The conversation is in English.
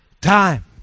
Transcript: time